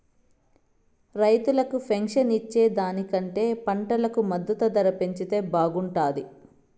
రైతులకు పెన్షన్ ఇచ్చే దానికంటే పంటకు మద్దతు ధర పెంచితే బాగుంటాది